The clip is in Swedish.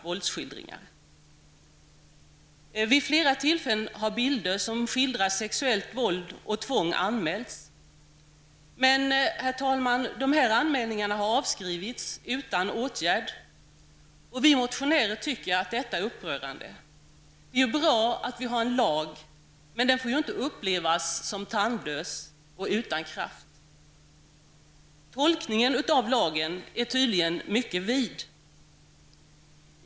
Vid flera tillfällen har bilder som skildrar sexuellt våld och tvång anmälts -- men, herr talman, de här anmälningarna har avskrivits utan åtgärd. Vi motionärer tycker att detta är upprörande. Det är bra att vi har en lag, men den får inte upplevas som tandlös och utan kraft. Tolkningen av lagen är tydligen mycket vid.